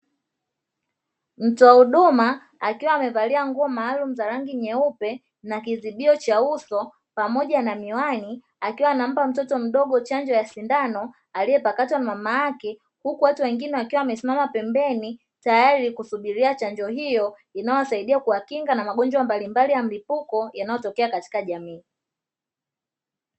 Mtoa huduma akiwa amevalia nguo maalumu za rangi nyeupe na kizibio cha uso, pamoja na miwani akiwa anampa mtoto mdogo chanjo ya sindano aliyepakatwa na mama yake, huku watu wengine wakiwa wamesimama pembeni tayari kusubiria chanjo hiyo, inayowasaidia kuwakinga na magonjwa mbalimbali ya mlipuko yanayotokea katika jamii.